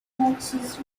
hoaxes